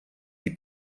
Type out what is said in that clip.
die